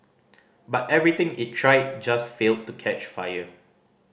but everything it tried just failed to catch fire